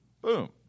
Boom